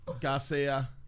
Garcia